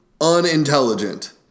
unintelligent